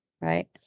right